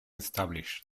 established